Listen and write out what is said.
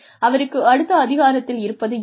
அவருக்கு அடுத்த அதிகாரத்தில் இருப்பது யார்